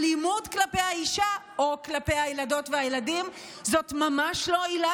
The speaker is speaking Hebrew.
ואלימות כלפי האישה או כלפי הילדות והילדים זאת ממש לא עילה